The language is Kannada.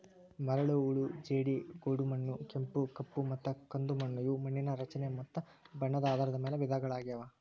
ಮರಳು, ಹೂಳು ಜೇಡಿ, ಗೋಡುಮಣ್ಣು, ಕೆಂಪು, ಕಪ್ಪುಮತ್ತ ಕಂದುಮಣ್ಣು ಇವು ಮಣ್ಣಿನ ರಚನೆ ಮತ್ತ ಬಣ್ಣದ ಆಧಾರದ ಮ್ಯಾಲ್ ವಿಧಗಳಗ್ಯಾವು